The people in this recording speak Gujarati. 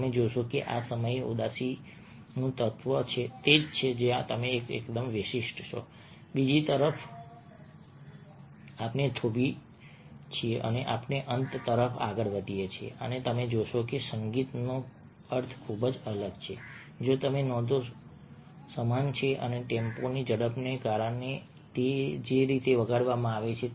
તમે જોશો કે આ સમયે ઉદાસીનું તત્વ તે છે જ્યાં તમે એકદમ વિશિષ્ટ છો બીજી તરફ આપણે થોભીએ છીએ અને આપણે અંત તરફ આગળ વધીએ છીએ અને તમે જોશો કે સંગીતનો અર્થ ખૂબ જ અલગ છે જો કે નોંધો સમાન છે અને ટેમ્પોની ઝડપને કારણે તે જ રીતે વગાડવામાં આવે છે